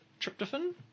tryptophan